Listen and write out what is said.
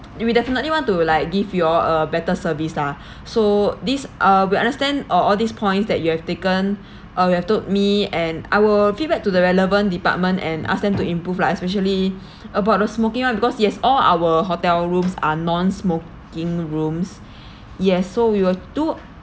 we definitely want to like give you all a better service lah so these uh we understand uh all these points that you have taken uh you have told me and I will feedback to the relevant department and ask them to improve lah especially about the smoking [one] because yes all our hotel rooms are non-smoking rooms yes so we will took